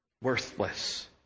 Worthless